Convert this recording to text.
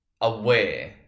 aware